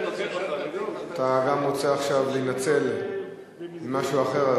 אתה רוצה עכשיו להינצל ממשהו אחר,